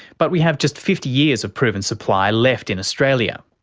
but we have just fifty years of proven supply left in australia.